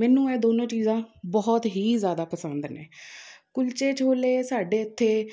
ਮੈਨੂੰ ਇਹ ਦੋਨੋਂ ਚੀਜ਼ਾਂ ਬਹੁਤ ਹੀ ਜ਼ਿਆਦਾ ਪਸੰਦ ਨੇ ਕੁਲਚੇ ਛੋਲੇ ਸਾਡੇ ਇੱਥੇ